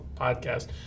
podcast